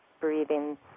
breathing